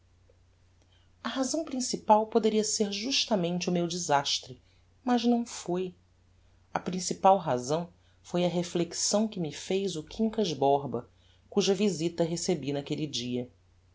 a razão principal poderia ser justamente o meu desastre mas não foi a principal razão foi a reflexão que me fez o quincas borba cuja visita recebi naquelle dia